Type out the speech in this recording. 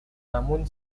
namun